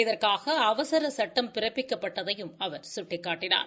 இதற்காக அவசர சட்டம் பிறப்பிக்கப்பட்டதையும் அவர் சுட்டிக்காட்டினார்